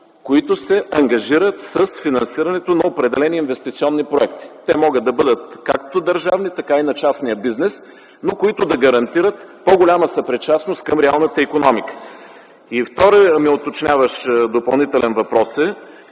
които се ангажират с финансирането на определени инвестиционни проекти? Те могат да бъдат както държавни, така и на частния бизнес, но които да гарантират по-голяма съпричастност към реалната икономика. Вторият ми уточняващ допълнителен въпрос е